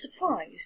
surprise